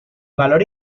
valor